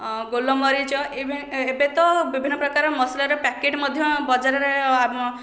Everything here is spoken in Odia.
ଗୋଲମରୀଚ ଏବେ ତ ବିଭିନ୍ନପ୍ରକାର ମସଲାର ପ୍ୟାକେଟ୍ ମଧ୍ୟ ବଜାରରେ